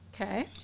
Okay